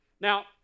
Now